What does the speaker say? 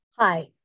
Hi